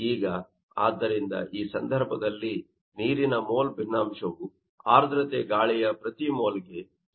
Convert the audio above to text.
ಈಗ ಆದ್ದರಿಂದ ಈ ಸಂದರ್ಭದಲ್ಲಿ ನೀರಿನ ಮೋಲ್ ಭಿನ್ನಾಂಶವು ಆರ್ದ್ರತೆ ಗಾಳಿಯ ಪ್ರತಿ ಮೋಲ್ಗೆ 0